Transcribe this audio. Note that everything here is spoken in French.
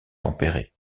tempéré